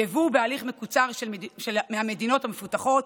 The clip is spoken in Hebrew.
יבוא בהליך מקוצר מהמדינות המפותחות,